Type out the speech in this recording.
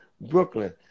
Brooklyn